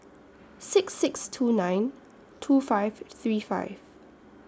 six six two nine two five three five